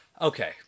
okay